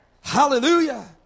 Hallelujah